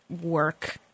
work